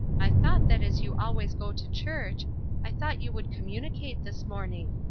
i thought that as you always go to church i thought you would communicate this morning.